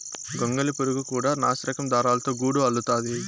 గొంగళి పురుగు కూడా నాసిరకం దారాలతో గూడు అల్లుతాది